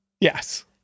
yes